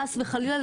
חס וחלילה,